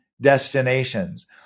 destinations